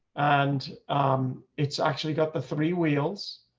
and it's actually got the three wheels.